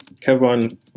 Kevin